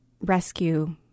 rescue